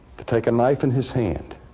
to take a knife in his hand